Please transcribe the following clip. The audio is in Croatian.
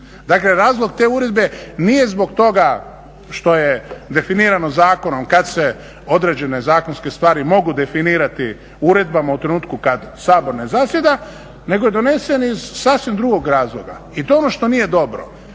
Dakle, razlog te Uredbe nije zbog toga što je definirano zakonom kada se određene zakonske stvari mogu definirati uredbama u trenutku kada Sabor ne zasjeda nego je donesen iz sasvim drugog razloga. I to je ono što nije dobro.